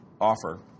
offer